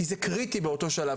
כי זה קריטי באותו שלב.